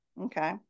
Okay